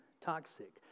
toxic